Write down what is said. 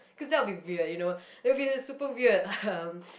cause that will be weird you know it will be the super weird um